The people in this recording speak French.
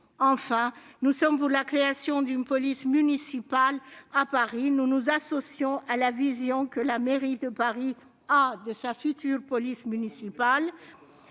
Enfin, nous sommes pour la création d'une police municipale à Paris. Nous nous associons à la vision que la mairie de Paris a de sa future police municipale